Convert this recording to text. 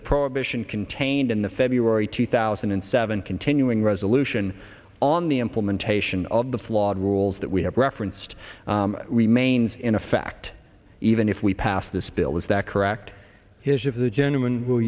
the prohibition contained in the february two thousand and seven continuing resolution on the implementation of the flawed rules that we have referenced remains in effect even if we pass this bill is that correct his if the gen